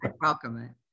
welcome